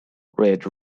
red